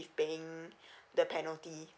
paying the penalty